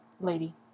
Lady